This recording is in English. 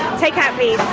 take out please.